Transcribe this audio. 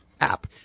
app